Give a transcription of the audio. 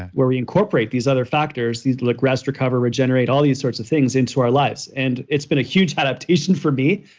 where we incorporate these other factors, these look, rest, recover, regenerate all these sorts of things into our lives. and it's been a huge adaptation for me,